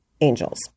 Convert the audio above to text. angels